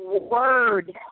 word